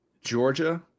Georgia